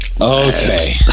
okay